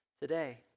today